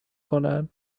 کنن